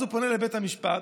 הוא פונה לבית המשפט,